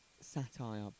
satire